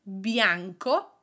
bianco